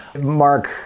Mark